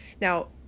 Now